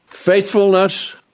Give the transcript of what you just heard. Faithfulness